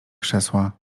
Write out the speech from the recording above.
krzesła